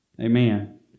Amen